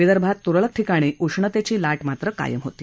विदर्भात तुरळक ठिकाणी उष्णतेची लाट कायम होती